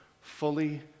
fully